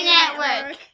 Network